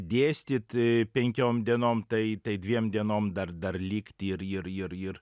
dėstyt penkiom dienom tai tai dviem dienom dar dar likt ir ir ir ir